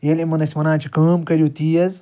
ییٚلہِ یِمَن أسۍ وَنان چھِ کٲم کٔرِو تیز